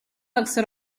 verso